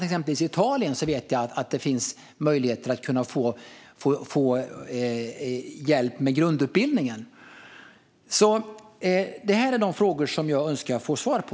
Till exempel i Italien vet jag att det finns möjlighet att få hjälp med grundutbildningen. Det är de frågor som jag önskar få svar på.